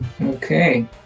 Okay